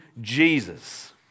Jesus